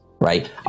right